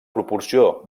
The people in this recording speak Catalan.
proporció